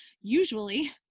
usually